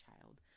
child